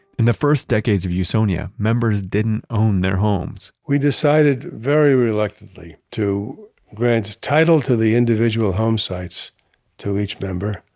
in the first decades of usonia, members didn't own their homes we decided, very reluctantly, to grant title to the individual home sites to each member,